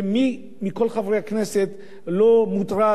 מי מכל חברי הכנסת לא מוטרד,